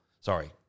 sorry